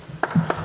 Hvala